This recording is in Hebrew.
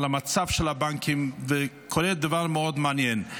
על המצב של הבנקים, וקורה דבר מאוד מעניין.